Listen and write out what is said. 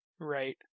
right